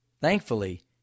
Thankfully